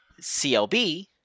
CLB